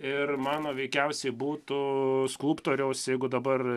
ir mano veikiausiai būtų skulptoriaus jeigu dabar